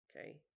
Okay